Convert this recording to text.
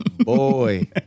Boy